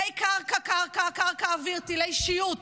קרקע-קרקע, קרקע-אוויר, טילי שיוט,